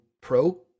pro